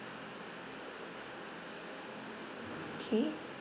K